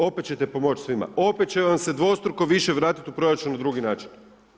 Opet ćete pomoći svima, opet će vam se dvostruko više vratit u proračun na drugi način.